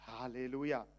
Hallelujah